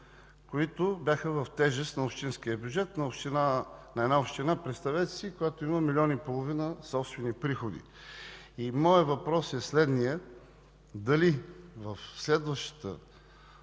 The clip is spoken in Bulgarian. които бяха в тежест на общинския бюджет, на една община, която има милион и половина собствени приходи. Моят въпрос е следният: дали в следващия